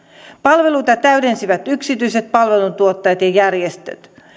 palveluita täydensivät yksityiset palveluntuottajat ja järjestöt